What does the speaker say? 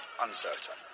uncertain